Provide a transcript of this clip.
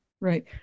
Right